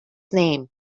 name